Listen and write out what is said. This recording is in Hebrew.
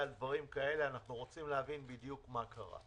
אנחנו רוצים להבין בדיוק מה קרה.